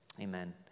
Amen